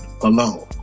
alone